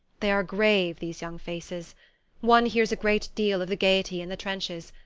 they are grave, these young faces one hears a great deal of the gaiety in the trenches,